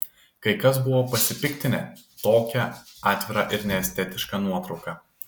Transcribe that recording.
kai kas buvo pasipiktinę tokia atvira ir neestetiška nuotrauka